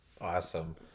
Awesome